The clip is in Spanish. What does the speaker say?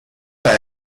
para